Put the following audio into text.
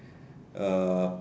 uh